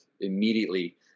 immediately